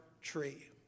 tree